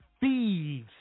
Thieves